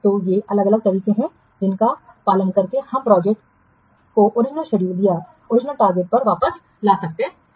तो ये अलग अलग तरीके हैं जिनका अनुसरण करके हम प्रोजेक्ट को ओरिजिनल शेड्यूल या ओरिजिनल टारगेट पर वापस ला सकते हैं